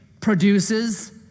produces